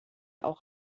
auch